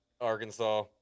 arkansas